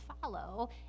follow